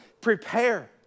prepare